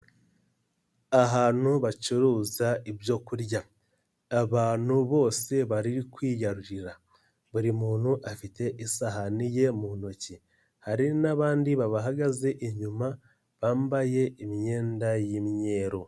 Ahantu bacuruza ibyo kurya. Abantu bose bari kwiyarurira. Buri muntu afite isahani ye mu ntoki. Hari n'abandi bahagaze inyuma, bambaye imyenda y'imyeru.